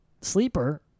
sleeper